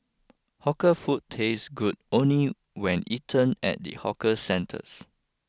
hawker food tastes good only when eaten at the hawker centres